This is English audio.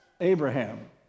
Abraham